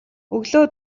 өглөө